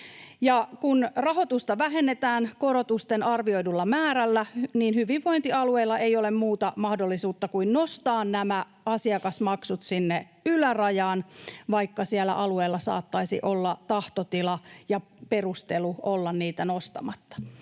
Kun rahoitusta vähennetään korotusten arvioidulla määrällä, niin hyvinvointialueilla ei ole muuta mahdollisuutta kuin nostaa nämä asiakasmaksut sinne ylärajaan, vaikka siellä alueella saattaisi olla tahtotila ja perustelu olla niitä nostamatta.